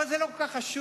אבל זה לא כל כך חשוב.